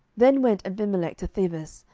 then went abimelech to thebez,